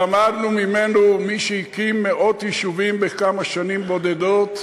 למדנו ממנו, מי שהקים מאות יישובים בשנים בודדות,